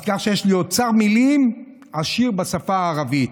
אז כך שיש לי אוצר מילים עשיר בשפה הערבית.